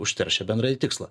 užteršia bendrai tikslą